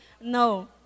No